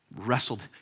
Wrestled